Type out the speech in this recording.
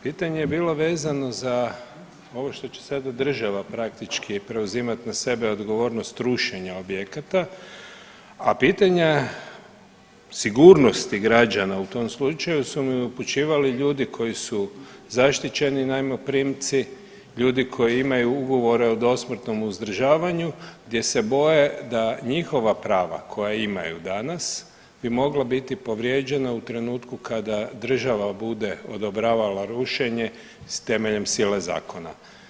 Pitanje je bilo vezano za ovo što će sad država praktički preuzimati na sebe odgovornost rušenja objekata, a pitanja sigurnosti građana u tom slučaju su mi upućivali ljudi koji su zaštićeni najmoprimci, ljudi koji imaju ugovore o dosmrtnom uzdržavanju gdje se boje da njihova prava koja imaju danas bi mogla biti povrijeđena u trenutku kada država bude odobravala rušenje s temeljem sile zakona.